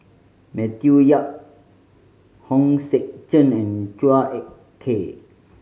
Matthew Yap Hong Sek Chern and Chua Ek Kay